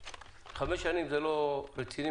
חמש שנים זה לא רציני.